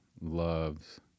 loves